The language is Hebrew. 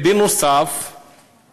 נוסף על כך,